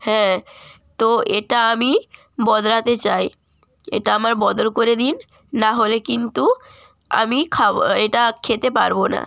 হ্যাঁ তো এটা আমি বদলাতে চাই এটা আমার বদল করে দিন না হলে কিন্তু আমি খাব এটা খেতে পারব না